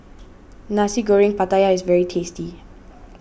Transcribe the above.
Nasi Goreng Pattaya is very tasty